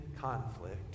conflict